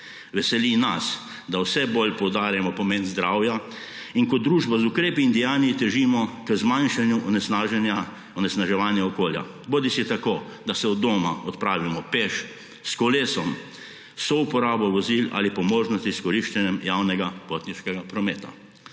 Veseli nas, da vse bolj poudarjamo pomen zdravja ter kot družba z ukrepi in dejanji težimo k zmanjšanju onesnaževanja okolja bodisi tako, da se od doma odpravimo peš, s kolesom, s souporabo vozil, bodisi po možnosti s koriščenjem javnega potniškega prometa.